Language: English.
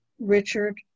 Richard